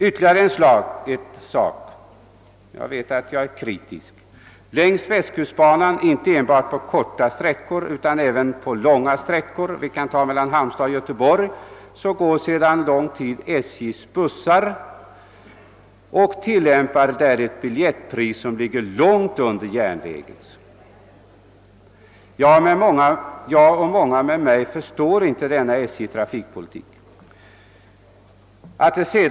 Ytterligare en sak längs västkustbanan, inte bara på korta utan även på långa sträckor, t.ex. mellan Halmstad och Göteborg, går sedan lång tid tillbaka SJ:s bussar. Där tillämpas ett biljettpris som ligger långt under järnvägens. Jag och många med mig förstår inte denna SJ:s trafikpolitik.